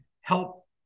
help